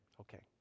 Okay